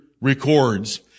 records